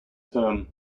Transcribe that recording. term